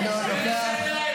אינו נוכח.